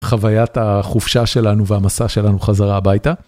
חוויית החופשה שלנו והמסע שלנו חזרה הביתה.